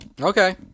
Okay